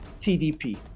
tdp